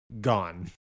Gone